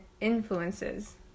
influences